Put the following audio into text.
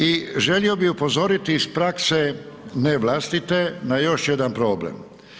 I želio bi upozoriti iz prakse, ne vlastite, na još jedan problem.